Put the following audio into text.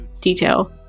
detail